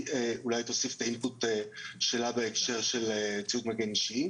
אולי תוסיף את האינפוט שלה בהקשר של ציוד מגן אישי.